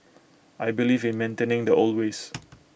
I believe in maintaining the old ways